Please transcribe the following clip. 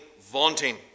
vaunting